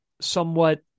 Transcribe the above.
somewhat